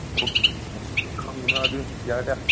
ꯃꯄꯨꯗꯣ ꯈꯪꯅꯔꯗꯤ ꯌꯥꯏꯗ